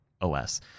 OS